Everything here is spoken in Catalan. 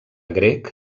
grec